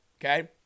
okay